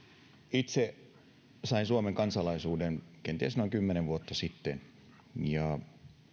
itse sain suomen kansalaisuuden kenties noin kymmenen vuotta sitten ja